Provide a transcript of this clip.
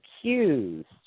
accused